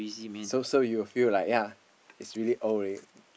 so so you you will feel like ya is really old already